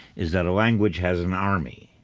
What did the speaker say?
is that a language has an army.